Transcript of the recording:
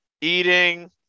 eating